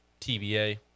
TBA